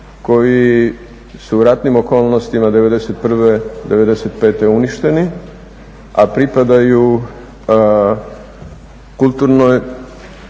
koji su u ratnim okolnostima '91.-'95. uništeni a pripadaju kulturnoj